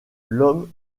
l’homme